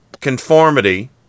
conformity